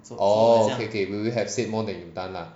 orh okay okay will you have said more than you've done lah